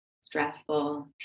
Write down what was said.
Stressful